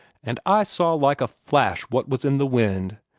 and i saw like a flash what was in the wind,